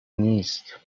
نیست